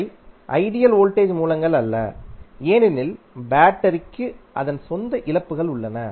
அவை ideal voltage மூலங்கள் அல்ல ஏனெனில் பேட்டரிக்கு அதன் சொந்த இழப்புகள் உள்ளன